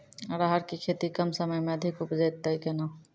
राहर की खेती कम समय मे अधिक उपजे तय केना?